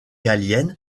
sein